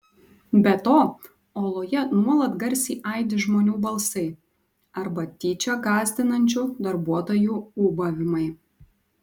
be to oloje nuolat garsiai aidi žmonių balsai arba tyčia gąsdinančių darbuotojų ūbavimai